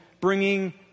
bringing